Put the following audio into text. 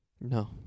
No